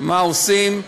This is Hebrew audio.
מה עושים?